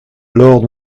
lord